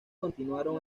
continuaron